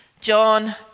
John